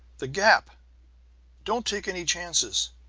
the gap don't take any chances!